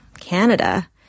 Canada